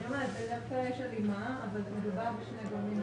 אני אומרת שדווקא יש הלימה אבל מדובר בשני גורמים שונים.